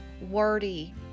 wordy